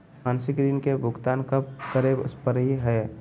मासिक ऋण के भुगतान कब करै परही हे?